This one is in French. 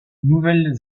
nouvelle